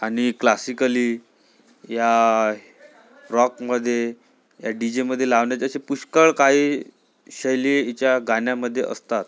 आणि क्लासिकली या रॉकमध्ये या डीजेमध्ये लावण्याचे असे पुष्कळ काही शैली हीच्या गाण्यामध्ये असतात